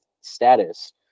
status